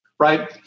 right